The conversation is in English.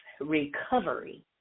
recovery